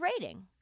rating